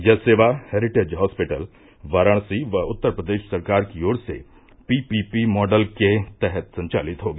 यह सेवा heritage hospital Varanasi व उत्तर प्रदेश सरकार की ओर से पीपीपी माडल के तहत संवालित होगी